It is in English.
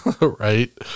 Right